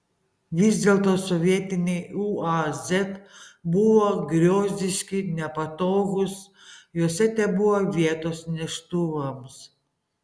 vis dėlto sovietiniai uaz buvo griozdiški nepatogūs juose tebuvo vietos neštuvams